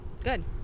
Good